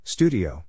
Studio